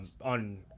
on